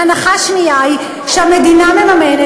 הנחה שנייה היא שהמדינה מממנת,